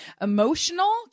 emotional